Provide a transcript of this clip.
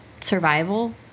survival